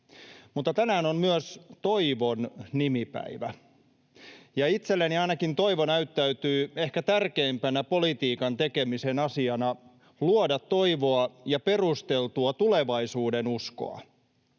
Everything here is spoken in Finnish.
Mutta tänään on myös Toivon nimipäivä, ja itselleni ainakin toivo näyttäytyy ehkä tärkeimpänä politiikan tekemisen asiana — luoda toivoa ja perusteltua tulevaisuudenuskoa